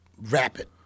rapid